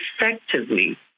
effectively